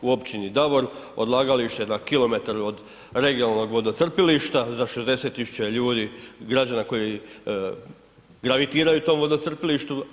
U općini Davor odlagalište je na kilometar od regionalnog vodocrpilišta za 60.000 ljudi, građana koji gravitiraju tom vodocrpilištu.